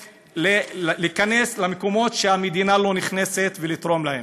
להיכנס למקומות שהמדינה לא נכנסת ולתרום להם.